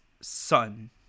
son